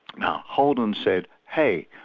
now holden said, hey,